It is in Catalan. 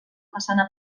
façana